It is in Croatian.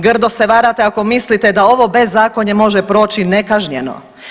Grdo se varate ako mislite da ovo bezakonje može proći nekažnjeno.